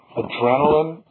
adrenaline